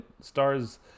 stars